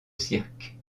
cirques